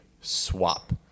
swap